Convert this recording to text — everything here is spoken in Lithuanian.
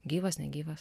gyvas negyvas